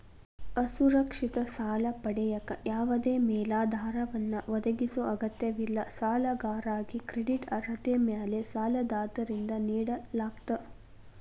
ಅಸುರಕ್ಷಿತ ಸಾಲ ಪಡೆಯಕ ಯಾವದೇ ಮೇಲಾಧಾರವನ್ನ ಒದಗಿಸೊ ಅಗತ್ಯವಿಲ್ಲ ಸಾಲಗಾರಾಗಿ ಕ್ರೆಡಿಟ್ ಅರ್ಹತೆ ಮ್ಯಾಲೆ ಸಾಲದಾತರಿಂದ ನೇಡಲಾಗ್ತ